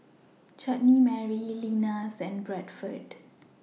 Chutney Mary Lenas and Bradford